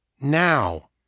now